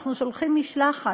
אנחנו שולחים משלחת,